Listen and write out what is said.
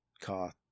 car